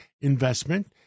investment